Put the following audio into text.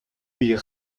puis